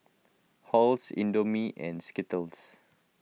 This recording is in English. Halls Indomie and Skittles